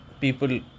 people